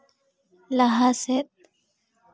ᱞᱟᱦᱟ ᱥᱮᱫ